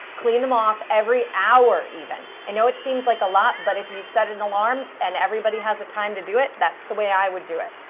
clean them off every hour, even. i and know it seems like a lot, but if you set an alarm and everybody has a time to do it, that's the way i would do it.